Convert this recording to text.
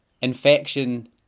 Infection